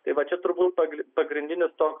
tai va čia turbūt pagri pagrindinis toks